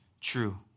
true